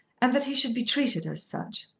and that he should be treated as such.